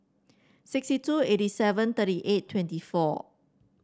sixty two eighty seven thirty eight twenty four